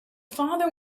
father